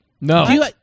No